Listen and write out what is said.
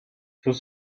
sus